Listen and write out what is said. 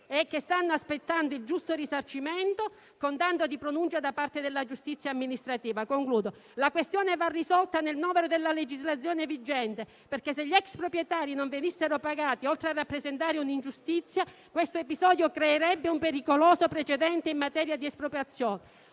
che stanno aspettando il giusto risarcimento, con tanto di pronuncia da parte della giustizia amministrativa. La questione va risolta nel novero della legislazione vigente, perché, se gli ex proprietari non venissero pagati, oltre a rappresentare un'ingiustizia, questo episodio creerebbe un pericoloso precedente in materia di espropriazione.